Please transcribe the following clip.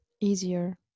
easier